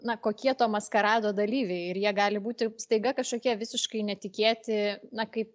na kokie to maskarado dalyviai ir jie gali būti staiga kažkokie visiškai netikėti na kaip